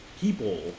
people